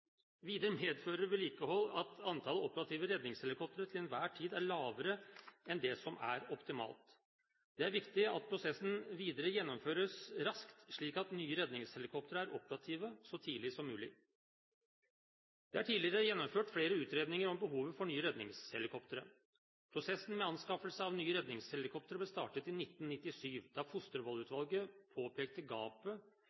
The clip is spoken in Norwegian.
Videre medfører vedlikehold at antallet operative redningshelikoptre til enhver tid er lavere enn det som er optimalt. Det er viktig at prosessen videre gjennomføres raskt, slik at nye redningshelikoptre er operative så tidlig som mulig. Det er tidligere gjennomført flere utredninger om behovet for nye redningshelikoptre. Prosessen med anskaffelse av nye redningshelikoptre ble startet i 1997, da